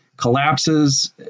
Collapses